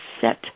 set